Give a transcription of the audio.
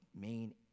main